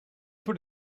put